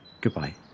Goodbye